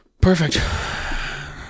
Perfect